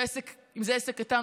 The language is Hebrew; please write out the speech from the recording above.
אם זה עסק קטן,